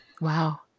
Wow